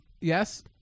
Yes